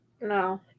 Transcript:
No